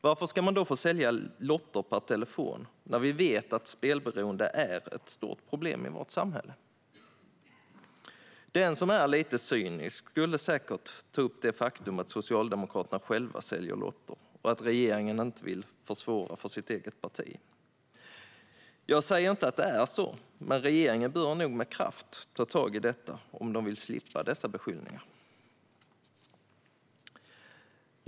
Varför ska man då få sälja lotter per telefon när vi vet att spelberoende är ett stort problem i vårt samhälle? Den som är lite cynisk skulle säkert ta upp det faktum att Socialdemokraterna själva säljer lotter och att regeringen inte vill försvåra för sitt eget parti. Jag säger inte att det är så, men regeringen bör nog med kraft ta tag i detta om de vill slippa dessa beskyllningar.